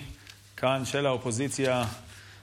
חוק ומשפט להכנתה לקריאה השנייה והשלישית.